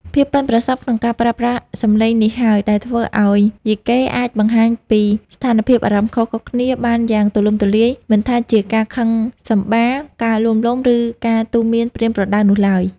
ភាពប៉ិនប្រសប់ក្នុងការប្រើប្រាស់សំឡេងនេះហើយ ដែលធ្វើឱ្យយីកេអាចបង្ហាញពីស្ថានភាពអារម្មណ៍ខុសៗគ្នាបានយ៉ាងទូលំទូលាយ មិនថាជាការខឹងសម្បារ ការលួងលោម ឬការទូន្មានប្រៀនប្រដៅនោះឡើយ។